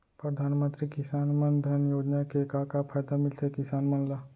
परधानमंतरी किसान मन धन योजना के का का फायदा मिलथे किसान मन ला?